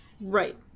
right